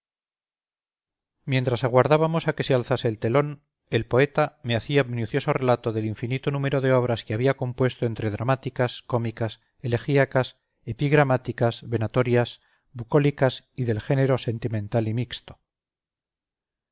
mientras aguardábamos a que se alzase el telón el poeta me hacía minucioso relato del infinito número de obras que había compuesto entre dramáticas cómicas elegíacas epigramáticas venatorias bucólicas y del género sentimental y mixto